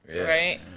right